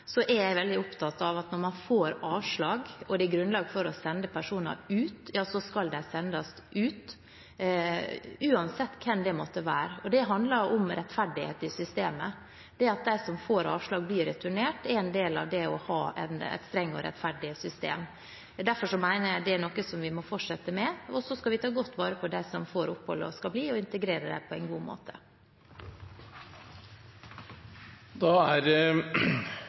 veldig opptatt av at når man får avslag og det er grunnlag for å sende personer ut, ja, så skal de sendes ut, uansett hvem det måtte være. Det handler om rettferdighet i systemet. At de som får avslag, blir returnert, er en del av det å ha et strengt og rettferdig system. Derfor mener jeg at dette er noe vi må fortsette med, og så skal vi ta godt vare på dem som får opphold og skal bli, og integrere dem på en god